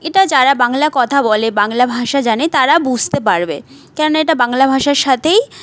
এটা যারা বাংলা কথা বলে বাংলা ভাষা জানে তারা বুঝতে পারবে কেন এটা বাংলা ভাষার সাথেই